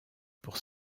pour